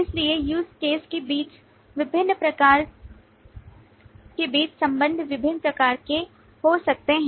इसलिए use cases के बीच संबंध विभिन्न प्रकार के हो सकते हैं